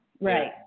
Right